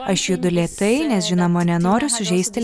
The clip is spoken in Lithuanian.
aš judu lėtai nes žinoma nenoriu sužeisti